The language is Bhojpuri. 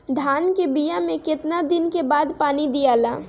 धान के बिया मे कितना दिन के बाद पानी दियाला?